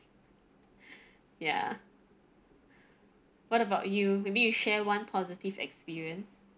ya what about you maybe you share one positive experience